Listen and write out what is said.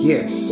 Yes